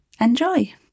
Enjoy